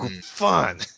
fun